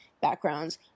backgrounds